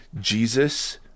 Jesus